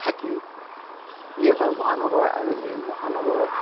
থাকি ই এখন মহানগৰ আৰু এই মহানগৰত